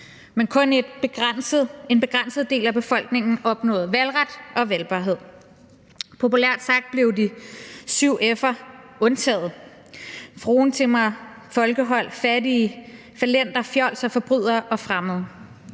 men kun en begrænset del af befolkningen opnåede valgret og valgbarhed. Populært sagt blev de syv f'er undtaget – fruentimmere, folkehold, fattige, fallenter, fjolser, forbrydere og fremmede.